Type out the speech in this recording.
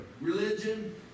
Religion